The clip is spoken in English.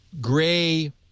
gray